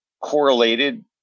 correlated